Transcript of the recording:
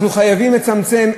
אנחנו חייבים לצמצם.